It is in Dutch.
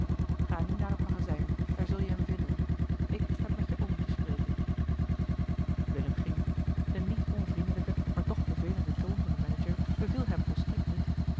ga nu naar het magazijn daar zul je hem vinden ik heb met je oom te spreken willem ging de niet onvriendelijke maar toch bevelende toon van den manager beviel hem volstrekt niet